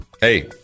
Hey